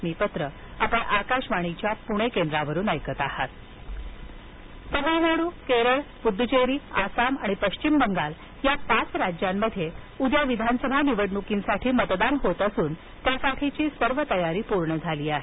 निवडणक तयारी तमिळनाडू केरळ पुद्दुचेरी आसाम आणि पश्चिम बंगाल या पाच राज्यांमध्ये उद्या विधानसभा निवडणुकांसाठी मतदान होत असून त्यासाठीची सर्व तयारी पूर्ण झाली आहे